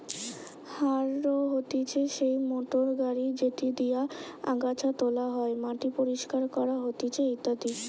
harrow হতিছে সেই motor গাড়ি যেটি দিয়া আগাছা তোলা হয়, মাটি পরিষ্কার করা হতিছে ইত্যাদি